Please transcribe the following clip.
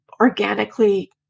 organically